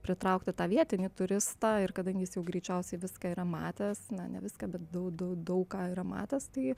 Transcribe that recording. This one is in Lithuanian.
pritraukti tą vietinį turistą ir kadangi jis jau greičiausiai viską yra matęs na ne viską bet daug daug daug ką yra matęs tai